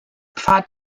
pfad